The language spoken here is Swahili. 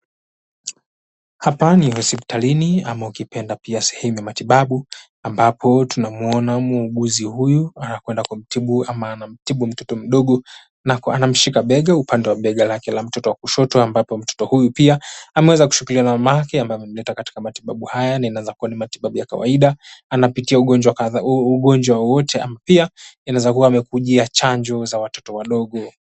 Hapa ni hospitalini ama ukipenda pia sehemu ya matibabu ambapo tunamuona muuguzi huyu anakwenda kumtibu ama anamtibu mtoto mdogo na anamshika bega upande wa bega lake la mtoto wa kushoto ambapo mtoto huyu pia ameweza kushikiliwa na mamake ambaye amemleta katika matibabu haya na inaweza kua ni matibabu ya kawaida anapitia ugonjwa kadha ugonjwa wowote pia anaweza kua amekujia chanjo za watoto wadogo.